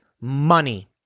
money